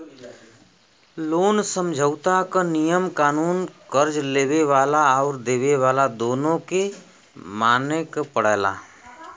loan समझौता क नियम कानून कर्ज़ लेवे वाला आउर देवे वाला दोनों के माने क पड़ला